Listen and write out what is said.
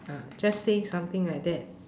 ah just say something like that